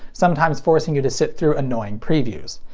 sometimes forcing you to sit through annoying previews.